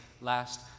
last